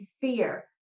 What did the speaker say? fear